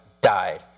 died